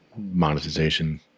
Monetization